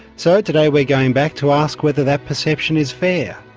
so today we're going back to ask whether that perception is fair.